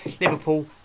Liverpool